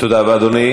תודה רבה, אדוני.